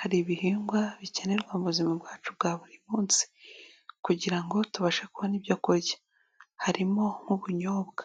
Hari ibihingwa bikenerwa mu buzima bwacu bwa buri munsi kugira ngo tubashe kubona ibyo kurya, harimo nk'ubunyobwa.